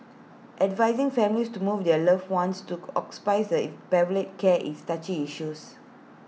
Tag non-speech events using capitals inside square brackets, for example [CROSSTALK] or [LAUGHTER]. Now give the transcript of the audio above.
advising families to move their loved ones to [HESITATION] hospices palliative care is touchy issues